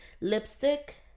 lipstick